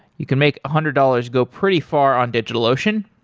you can make a hundred dollars go pretty far on digitalocean.